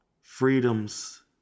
freedoms